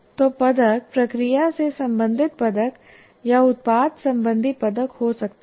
तो पदक प्रक्रिया से संबंधित पदक या उत्पाद संबंधी पदक हो सकते हैं